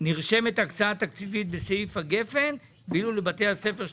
נרשמת הקצאה תקציבית בסעיף הגפן ואילו לבתי הספר של